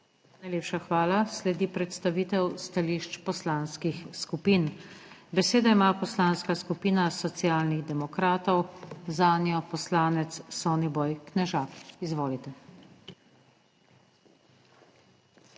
Najlepša hvala. Sledi predstavitev stališč poslanskih skupin. Besedo ima Poslanska skupina Socialnih demokratov, zanjo poslanec Soniboj Knežak. Izvolite.